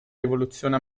rivoluzione